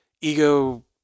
Ego